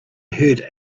heard